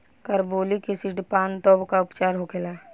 Carbolic acid पान तब का उपचार होखेला?